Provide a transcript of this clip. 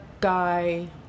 guy